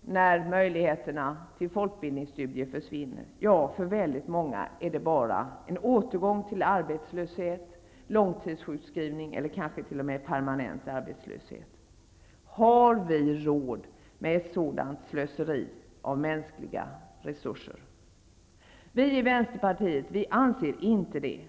när möjligheterna till folkbildningsstudier försvinner? För väldigt många är det bara en återgång till arbetslöshet, långtidssjukskrivning eller kanske t.o.m. permanent arbetslöshet. Har vi råd med ett sådant slöseri med mänskliga resurser? Vi i Vänsterpartiet anser inte det.